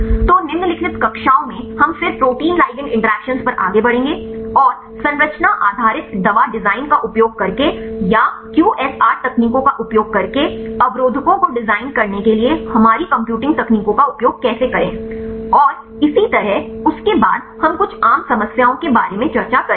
तो निम्नलिखित कक्षाओं में हम फिर प्रोटीन लिगैंड इंटरैक्शन पर आगे बढ़ेंगे और संरचना आधारित दवा डिजाइन का उपयोग करके या क्यूएसएआर तकनीकों का उपयोग करके अवरोधकों को डिजाइन करने के लिए हमारी कंप्यूटिंग तकनीकों का उपयोग कैसे करें और इसी तरह और उसके बाद हम कुछ आम समस्याओं के बारे में चर्चा करेंगे